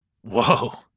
Whoa